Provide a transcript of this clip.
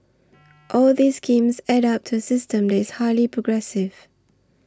all these schemes add up to a system that is highly progressive